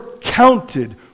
counted